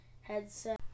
headset